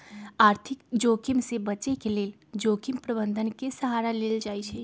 आर्थिक जोखिम से बचे के लेल जोखिम प्रबंधन के सहारा लेल जाइ छइ